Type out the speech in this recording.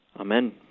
Amen